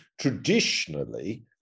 traditionally